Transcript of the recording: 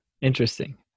Interesting